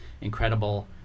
incredible